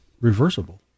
reversible